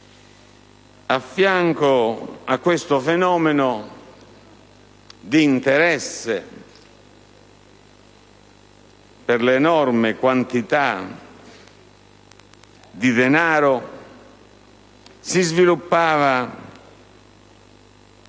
A fianco a questo fenomeno, di interesse per l'enorme quantità di danaro, si sviluppa un